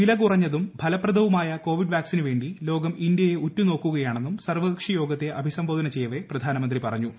വില കുറഞ്ഞതും ഫലപ്രദവുമായ കോവിഡ് വാക്സിനു വേണ്ടി ലോകം ഇന്ത്യയെ ഉറ്റു നോക്കുകയാണെന്നും സർവ്വകക്ഷിയോഗത്തെ അഭിസംബോധന ചെയ്യവേ പ്രധാനമന്ത്രി പറഞ്ഞു